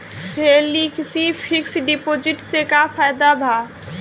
Flexi fix deposit से का फायदा भा?